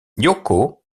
yoko